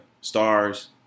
stars